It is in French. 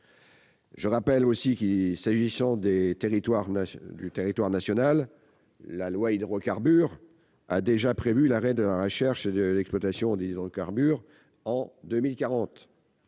Je rappelle aussi que, s'agissant du territoire national, la loi Hydrocarbures a déjà prévu l'arrêt de la recherche et de l'exploitation des hydrocarbures en 2040.